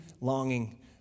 longing